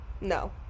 No